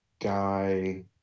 guy